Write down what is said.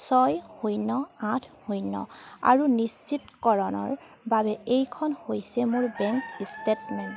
ছয় শূন্য আঠ শূন্য আৰু নিশ্চিতকৰণৰ বাবে এইখন হৈছে মোৰ বেংক ষ্টেটমেণ্ট